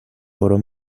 برو